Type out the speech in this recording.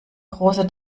große